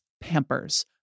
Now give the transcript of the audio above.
Pampers